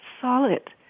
solid